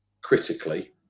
critically